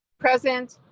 present,